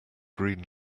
green